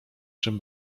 czym